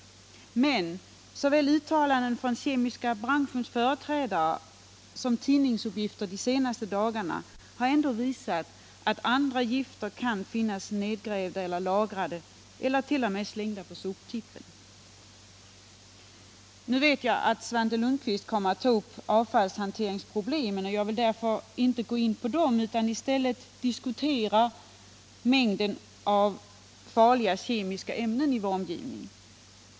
Men såväl uttalanden från företrädare för den kemiska branschen som tidningsuppgifter under de senaste dagarna har ändå visat att andra gifter kan finnas nergrävda eller lagrade eller t.o.m. slängda på någon soptipp. Nu vet jag att Svante Lundkvist kommer att ta upp avfallshanteringsproblemet, och jag skall därför inte gå in på det utan i stället diskutera mängden av farliga kemiska ämnen i vår omgivning.